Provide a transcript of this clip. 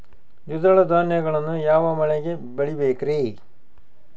ದ್ವಿದಳ ಧಾನ್ಯಗಳನ್ನು ಯಾವ ಮಳೆಗೆ ಬೆಳಿಬೇಕ್ರಿ?